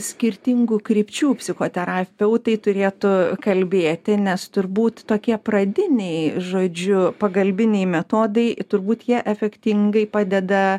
skirtingų krypčių psichoterapeutai turėtų kalbėti nes turbūt tokie pradiniai žodžiu pagalbiniai metodai turbūt jie efektingai padeda